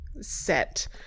set